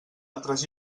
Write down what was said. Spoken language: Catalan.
altres